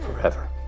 forever